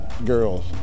girls